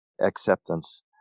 acceptance